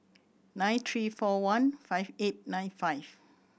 nine three four one five eight nine five